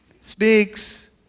speaks